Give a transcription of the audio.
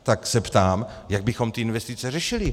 Tak se ptám, jak bychom ty investice řešili.